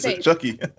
Chucky